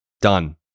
Done